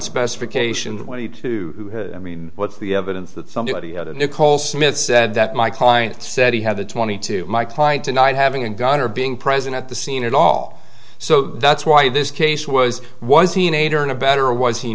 specifications twenty two i mean what's the evidence that somebody had a nicole smith said that my client said he had a twenty two my client denied having a gun or being present at the scene at all so that's why this case was was he an aider and abettor was he